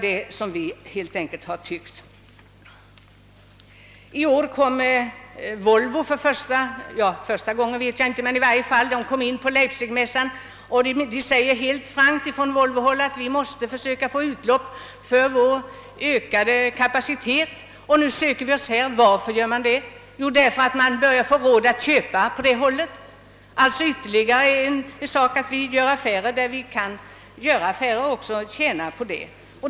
Det är helt enkelt så vi motionärer resonerat. I år var Volvo med på Leipzigmässan. Man säger helt frankt på Volvohåll: Vi måste försöka få utlopp för vår ökade kapacitet, och nu söker vi oss hit. Varför gör Volvo det? Jo, därför att man börjar få råd med att köpa på det här hållet. Vi gör affärer där vi kan göra det och tjänar på det.